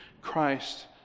Christ